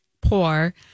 poor